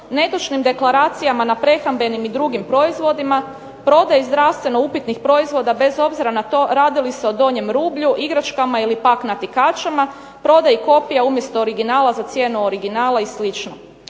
netočnim deklaracijama na prehrambenim i drugim proizvodima, prodaje zdravstveno upitnih proizvoda bez obzira na to radi li se o donjem rublju, igračku ili pak natikačama, prodaji kopija umjesto originala za cijenu originala i